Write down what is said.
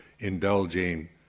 indulging